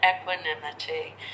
equanimity